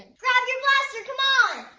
grab your blaster come on!